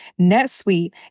NetSuite